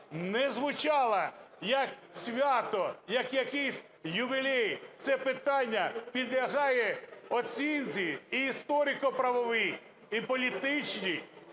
не звучала як свято, як якийсь ювілей. Це питання підлягає оцінці і історико-правовій, і політичній.